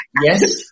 yes